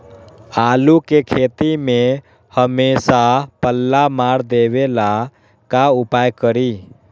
आलू के खेती में हमेसा पल्ला मार देवे ला का उपाय करी?